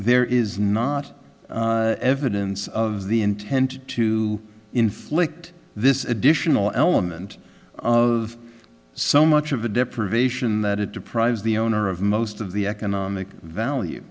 there is not evidence of the intent to inflict this additional element of so much of a depreciation that it deprives the owner of most of the economic value